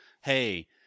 hey